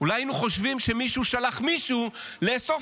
אולי היינו חושבים שמישהו שלח מישהו לאסוף